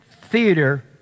theater